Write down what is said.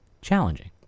challenging